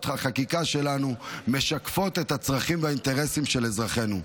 החקיקה שלנו משקפות את הצרכים והאינטרסים של אזרחינו.